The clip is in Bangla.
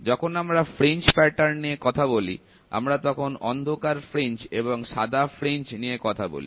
যখন আমরা ফ্রিঞ্জ প্যাটার্ন নিয়ে কথা বলি আমরা তখন অন্ধকার ফ্রিঞ্জ এবং সাদা ফ্রিঞ্জ নিয়ে কথা বলি